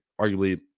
arguably